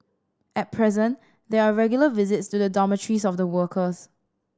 at present there are regular visits to the dormitories of the workers